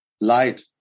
light